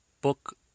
Book